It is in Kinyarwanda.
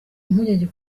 impungenge